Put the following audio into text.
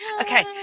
Okay